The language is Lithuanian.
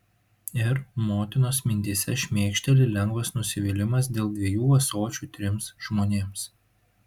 ir motinos mintyse šmėkšteli lengvas nusivylimas dėl dviejų ąsočių trims žmonėms